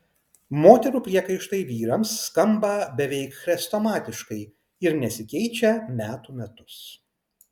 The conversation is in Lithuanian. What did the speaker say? moterų priekaištai vyrams skamba beveik chrestomatiškai ir nesikeičia metų metus